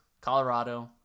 Colorado –